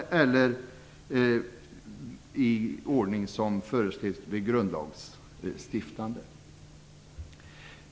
Annars kan det fattas i ordning som föreslås bli grundlagsstiftande.